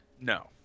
No